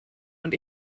und